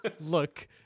look